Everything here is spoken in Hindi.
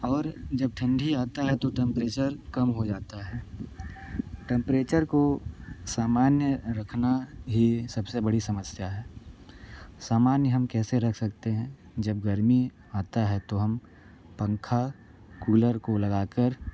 और जब ठंडी आता है तो टेम्परेचर कम हो जाता है टेम्परेचर को सामान्य रखना ही सबसे बड़ी समस्या है सामान्य हम कैसे रख सकते हैं जब गर्मी आता है तो हम पंखा कूलर को लगाकर